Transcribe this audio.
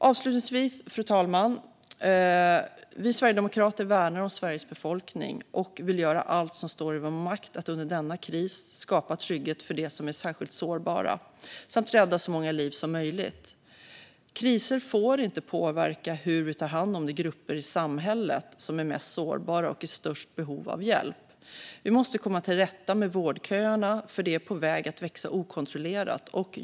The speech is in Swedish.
Avslutningsvis, fru talman, vill jag säga att vi sverigedemokrater värnar om Sveriges befolkning och vill göra allt som står i vår makt för att under denna kris skapa trygghet för dem som är särskilt sårbara samt rädda så många liv som möjligt. Kriser får inte påverka hur vi tar hand om de grupper i samhället som är mest sårbara och i störst behov av hjälp. Vi måste komma till rätta med vårdköerna, för de är på väg att växa okontrollerat.